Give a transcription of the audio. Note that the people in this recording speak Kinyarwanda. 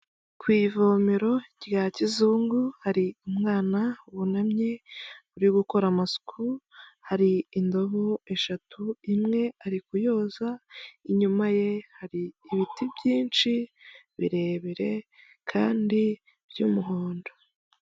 Ku ivomero rya kizungu hari umwana wunamye uri gukora amasuku, hari indobo eshatu imwe ari kuyoza inyuma ye hari ibiti byinshi birebire kandi by'umuhondo.